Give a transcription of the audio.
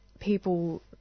People